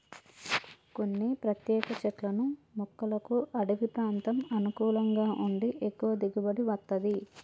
కొన్ని ప్రత్యేక చెట్లను మొక్కలకు అడివి ప్రాంతం అనుకూలంగా ఉండి ఎక్కువ దిగుబడి వత్తది